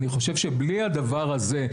אני חושב שבלי הדבר הזה,